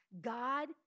God